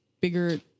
bigger